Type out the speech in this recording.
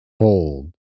Hold